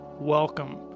welcome